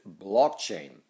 blockchain